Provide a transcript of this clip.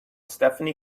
stephanie